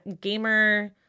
Gamer